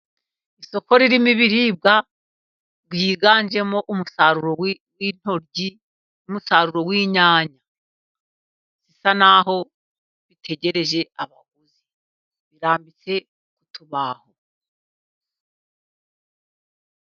Isoko ririmo ibiribwa byiganjemo umusaruro w'intoryi n'umusaruro w'inyanya, zisa naho bitegereje abaguzi birambitse ku tubaho.